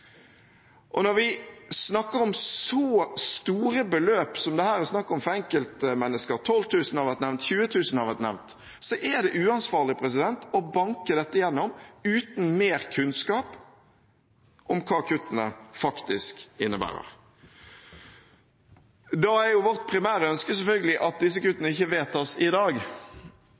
budsjettkutt. Når vi snakker om så store beløp som det er snakk om for enkelte mennesker – 12 000 kr har vært nevnt, 20 000 kr har vært nevnt – er det uansvarlig å banke dette gjennom uten mer kunnskap om hva kuttene faktisk innebærer. Da er vårt primære ønske selvfølgelig at disse